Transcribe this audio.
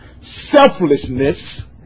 selflessness